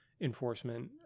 enforcement